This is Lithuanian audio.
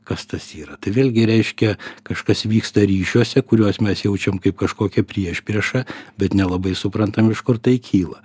kas tas yra tai vėlgi reiškia kažkas vyksta ryšiuose kuriuos mes jaučiam kaip kažkokią priešpriešą bet nelabai suprantam iš kur tai kyla